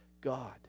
God